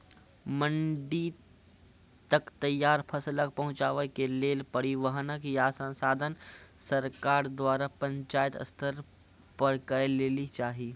मंडी तक तैयार फसलक पहुँचावे के लेल परिवहनक या साधन सरकार द्वारा पंचायत स्तर पर करै लेली चाही?